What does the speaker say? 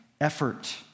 effort